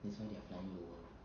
that's why they are flying lower